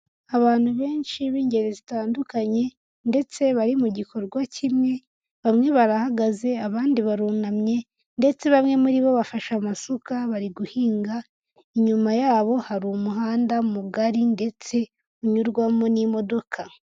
Abantu benshi b'ingeri zitandukanye ndetse bari mu gikorwa kimwe, bamwe barahagaze abandi barunamye ndetse bamwe muri bo bafashe amasuka bari guhinga, inyuma yabo hari umuhanda mugari ndetse unyurwamo n'imodoka.